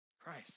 Christ